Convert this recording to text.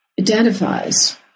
identifies